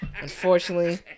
Unfortunately